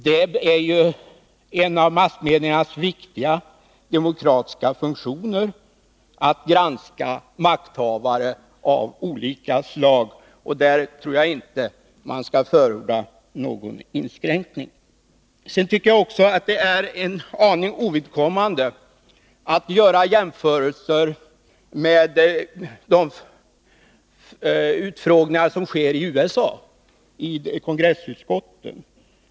Men en av massmedias viktiga demokratiska funktioner är att granska makthavare av olika slag, och 6 där tror jag inte att man skall förorda någon inskränkning. Det är en aning ovidkommande att göra jämförelser med de utfrågningar som sker i kongressutskotten i USA.